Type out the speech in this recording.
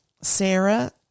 Sarah